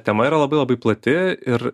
tema yra labai labai plati ir